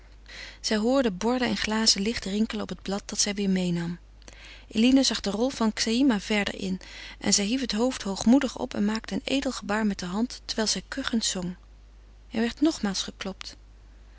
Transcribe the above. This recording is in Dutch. zij hoorde borden en glazen licht rinkelen op het blad dat zij weder meênam eline zag de rol van xaïma verder in en zij hief het hoofd hoogmoedig op en maakte een edel gebaar met de hand terwijl zij kuchend zong er werd nogmaals geklopt